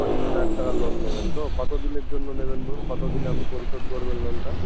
পঞ্চাশ হাজার টাকার লোন নেবেন তো কত দিনের জন্য নেবেন বলুন কত দিনে আপনি পরিশোধ করবেন লোনটা